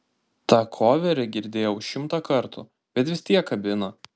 tą koverį girdėjau šimtą kartų bet vis tiek kabina